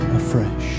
afresh